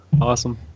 Awesome